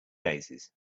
daisies